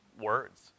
words